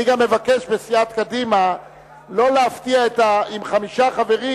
אני גם מבקש מסיעת קדימה לא להפתיע עם חמישה חברים